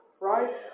right